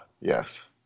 Yes